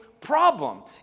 problem